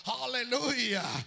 Hallelujah